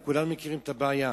וכולם מכירים את הבעיה.